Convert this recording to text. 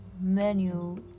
menu